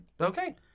okay